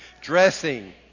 Dressing